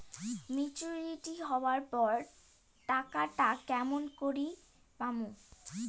Maturity হবার পর টাকাটা কেমন করি পামু?